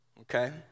okay